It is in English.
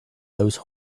those